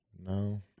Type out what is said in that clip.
No